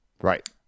Right